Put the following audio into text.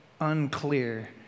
unclear